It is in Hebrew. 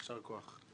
יישר כוח.